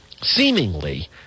seemingly